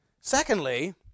Secondly